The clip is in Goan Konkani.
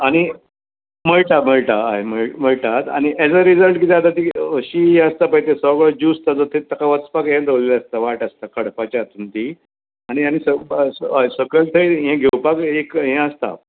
आनी मळटा मळटा हय मळटात आनी एज अ रिजल्ट कितें आसता ती अशी हें आसता पळय सगळो ज्यूस वचपाक ताका हें दवरिल्लें आसता वाट दवरलेलीं आसता खडपाच्या हातून ती आनी आनी हय सकयल तें हें घेवपाक एक हें आसता